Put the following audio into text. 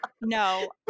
no